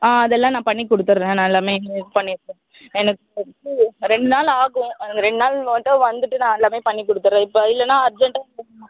ஆ அதெல்லாம் நான் பண்ணிக் கொடுத்துட்றேன் நான் எல்லாம் இது பண்ணிக் குடுத்து எனக்கு வந்து ரெண்டு நாள் ஆகும் அந்த ரெண்டு நாள் மட்டும் வந்துட்டு நான் எல்லாம் பண்ணிக் கொடுத்துட்றேன் இப்போ இல்லைன்னா அர்ஜெண்ட்டாக வேணுமா